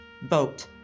Vote